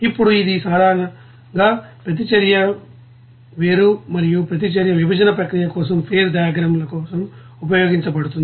ఇప్పుడు ఇది సాధారణంగా ప్రతిచర్య వేరు మరియు ప్రతిచర్య విభజన ప్రక్రియ కోసం ఫేజ్ దియాగ్రమ్స్ ల కోసం ఉపయోగించబడుతుంది